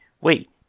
wait